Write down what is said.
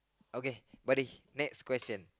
okay buddy next question